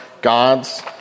God's